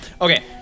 Okay